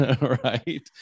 right